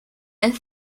and